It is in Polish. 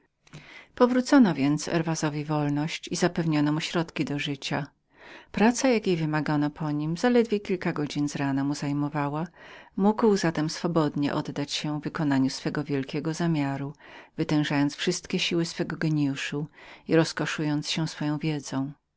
powrócono więc herwasowi wolność i zapewniono mu sposób do życia praca jakiej wymagano po nim zaledwie kilka godzin z rana mu zajmowała mógł zatem swobodnie oddać się wykonaniu swego zamiaru na który miał wytężyć wszystkie siły swego gienijuszu i doznać rozkoszy z niezmiernej wiedzy